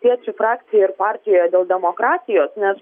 valstiečių frakcijoje ir partijoje dėl demokratijos nes